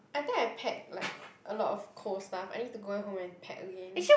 I think I pack like a lot of cold stuff I need to go home and pack again